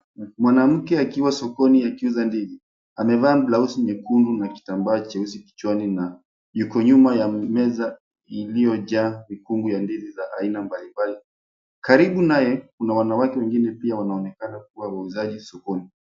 Mwanamke akiwa sokoni akiuza ndizi. Amevaa blausi nyekundu na kitambaa cheusi kichwani na yuko nyuma ya meza iliyojaa mikungu ya ndizi za aina mbalimbali. Karibu naye kuna wanawake wengine pia wanaonekana kuwa wauzaji sokoni.